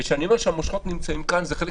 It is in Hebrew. וכשאני אומר שהמושכות נמצאות כאן זה חלק